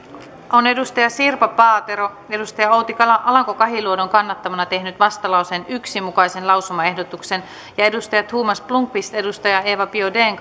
sirpa paatero on outi alanko kahiluodon kannattamana tehnyt vastalauseen yhden mukaisen lausumaehdotuksen ja thomas blomqvist eva biaudetn